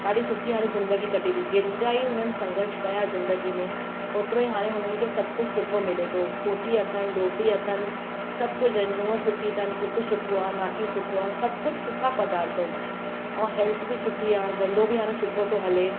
ॾाढी सुठी हाणे ज़िंदजी कटी रही जेतिरा ई उन्हनि संघर्ष कया ज़िंदजी में होतिरो ई हाणे हुननि खे सभु कुझु सुठो मिले थो पोटी अथनि डोटी अथनि सभु कुझु आहिनि नुंहुं सुठी अथनि पुटु सुठो आहे नाठी सुठो आहे सभु कुझु सुठा पदार्थ आहिनि ऐं हेल्थ बि सुठी आहे धंदो बि हाणे सुठो थो हले